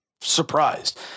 surprised